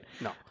No